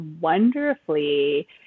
wonderfully